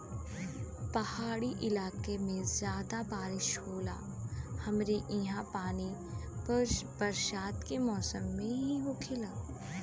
पहाड़ी इलाके में जादा बारिस होला हमरे ईहा पानी बस बरसात के मौसम में ही होखेला